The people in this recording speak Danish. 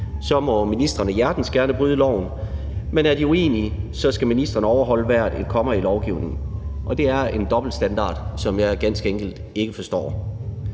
må ministrene hjertens gerne bryde loven, men er de uenige, skal ministrene overholde hvert et komma i lovgivningen. Det er en dobbeltstandard, som jeg ganske enkelt ikke forstår.